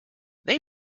they